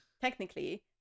technically